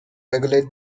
regulate